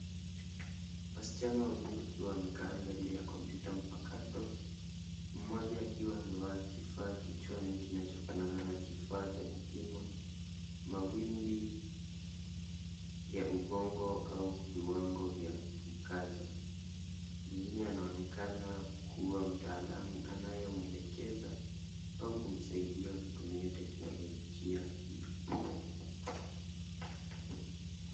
Wasichana wawili wakiwa wamekaa mbele ya kompyuta mpakato, mmoja akiwa amevaa kifaa kichwani kinachofanana na kifaa cha kupima, mawimbi ya ubongo au viwango vya mkazo. Mwingine anaonekana kuwa mtaalamu, anayemwelekeza au kumsaidia kutumia teknolojia hiyo.